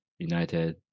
united